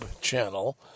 channel